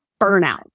burnout